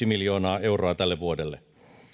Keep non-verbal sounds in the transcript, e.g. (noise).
(unintelligible) miljoonaa euroa tälle vuodelle